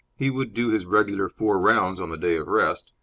he would do his regular four rounds on the day of rest,